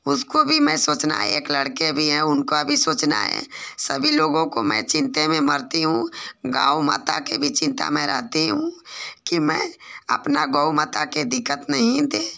उसको भी मैं सोचना एक लड़का भी है उनका भी सोचना है सभी लोगों की मैं चिन्ता में मरती हूँ गऊ माता की भी चिन्ता में रहती हूँ कि मैं अपना गऊ माता को दिक्कत नहीं दें